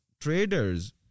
traders